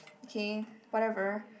okay whatever